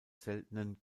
seltenen